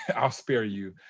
and i'll spare you.